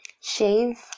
shave